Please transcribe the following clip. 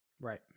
Right